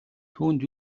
түүнд